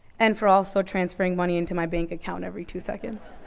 and for also transferring money into my bank account every two seconds.